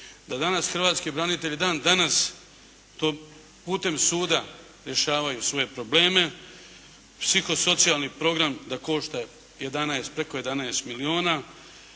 Da danas hrvatski branitelji dan danas to putem suda rješavaju svoje probleme, psihosocijalni program da košta preko 11 milijuna,